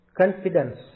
confidence